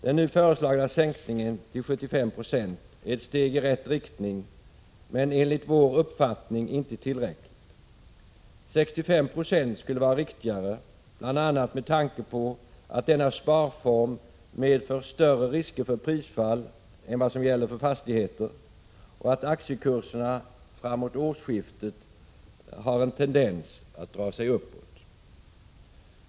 Den nu föreslagna sänkningen till 75 90 är ett steg i rätt riktning, men det är enligt vår uppfattning inte tillräckligt. 65 26 skulle vara riktigare, bl.a. med tanke på att denna sparform medför större risker för prisfall än vad som gäller för fastigheter och att aktiekurserna framåt årsskiftet har en tendens att dra sig uppåt.